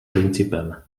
principem